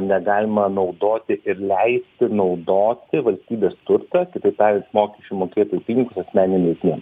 negalima naudoti ir leisti naudoti valstybės turtą kitaip tariant mokesčių mokėtojų pinigus asmeninėm reikmėm